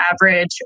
average